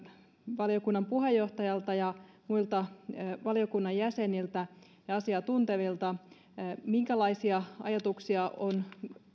valiokunnan puheenjohtajalta ja muilta valiokunnan jäseniltä ja asiaa tuntevilta minkälaisia ajatuksia on